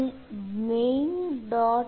હું main